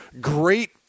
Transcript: great